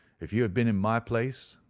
if you had been in my place.